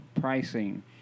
pricing